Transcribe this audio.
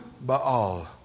Baal